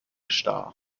star